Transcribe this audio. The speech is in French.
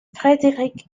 frédéric